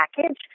package